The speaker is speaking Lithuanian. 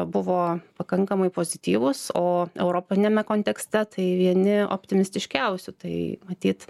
buvo pakankamai pozityvūs o europiniame kontekste tai vieni optimistiškiausių tai matyt